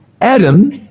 Adam